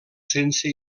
sense